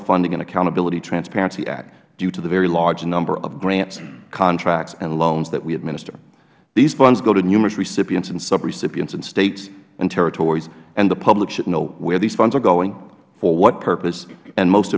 funding and accountability transparency act due to the very large number of grants contracts and loans that we administer these funds go to numerous recipients and sub recipients in states and territories and the public should know where these funds are going for what purpose and most